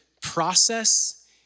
process